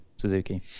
Suzuki